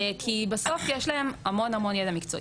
כי בסוף יש להם המון ידע מקצועי.